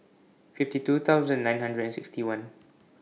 fifty two thousand nine hundred and sixty one